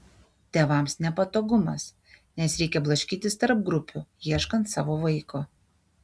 tėvams nepatogumas nes reikia blaškytis tarp grupių ieškant savo vaiko